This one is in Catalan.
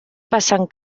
passen